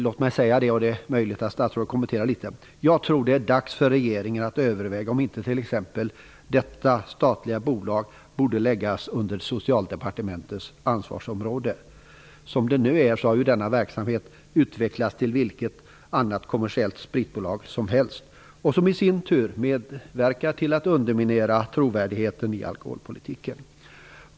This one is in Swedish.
Låt mig säga att det är dags för regeringen att överväga om inte t.ex. detta statliga bolag borde läggas under Socialdepartementets ansvarsområde. Som det nu är har denna verksamhet utvecklats som i vilket annat kommersiellt spritbolag som helst, som i sin tur medverkar till att underminera trovärdigheten i alkoholpolitiken.